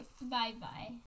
Bye-bye